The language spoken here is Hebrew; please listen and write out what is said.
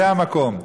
זה המקום.